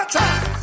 time